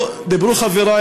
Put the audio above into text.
חנין.